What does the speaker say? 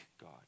God